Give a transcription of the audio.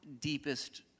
deepest